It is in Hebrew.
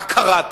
מה קראתי?